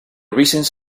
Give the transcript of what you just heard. reasons